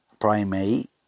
primate